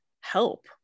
help